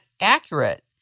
accurate